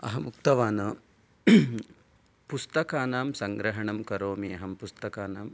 अहं उक्तवान् पुस्तकानां सङ्ग्रहणं करोमि अहं पुस्तकानाम्